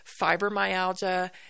fibromyalgia